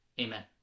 Amen